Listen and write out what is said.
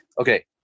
okay